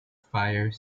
fire